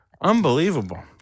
Unbelievable